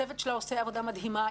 הצוות שלה עושה עבודה מדהימה.